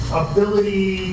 ability